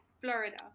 Florida